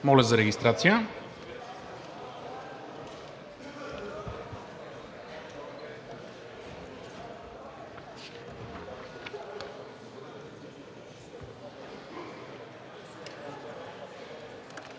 моля за регистрация.